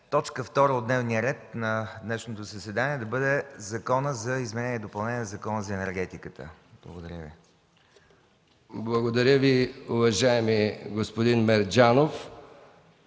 точка втора от дневния ред на днешното заседание да бъде Законът за изменение и допълнение на Закона за енергетиката. ПРЕДСЕДАТЕЛ МИХАИЛ МИКОВ: Благодаря, уважаеми господин Мерджанов.